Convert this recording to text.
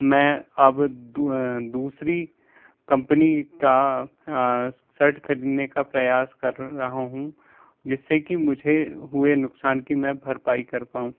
मैं अब दूसरी कंपनी का शर्ट खरीदने का प्रयास कर रहा हूँ जिससे कि मुझे हुए नुकसान की मैं भरपाई कर पाऊं